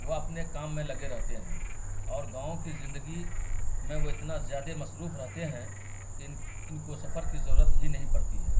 وہ اپنے کام میں لگے رہتے ہیں اور گاؤں کی زندگی میں وہ اتنا زیادہ مصروف رہتے ہیں کہ ان ان کو سفر کی ضرورت ہی نہیں پڑتی ہے